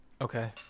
Okay